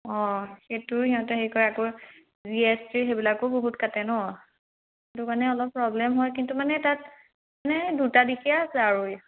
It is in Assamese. অঁ সেইটো সিহঁতে হেৰি কৰে আকৌ জি এছ টি সেইবিলাকো বহুত কাটে ন সেইটো কাৰণে অলপ প্ৰব্লেম হয় কিন্তু মানে তাত মানে দুটা দিশে আছে আৰু